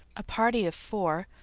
a party of four,